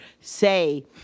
say